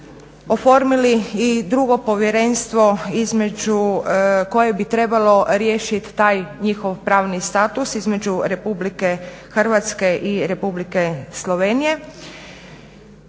oformili i drugo povjerenstvo između koje bi trebalo riješiti taj njihov pravni status između RH i Republike Slovenije.